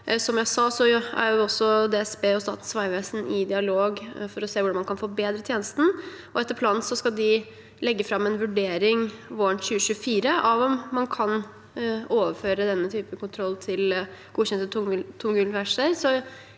som jeg sa, er DSB og Statens vegvesen i dialog for å se på hvordan man kan forbedre tjenesten. Etter planen skal de legge fram en vurdering våren 2024 av om man kan overføre denne typen kontroll til godkjente tungbilverksteder.